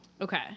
Okay